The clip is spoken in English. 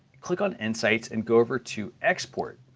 click on insights and go over to export.